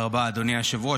תודה רבה, אדוני היושב-ראש.